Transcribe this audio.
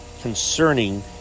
concerning